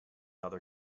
other